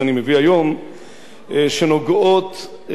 שנוגעות לצמצום הבעיה,